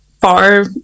far